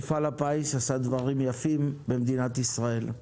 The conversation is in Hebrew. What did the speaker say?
מפעל הפיס עשה דברים יפים במדינת ישראל.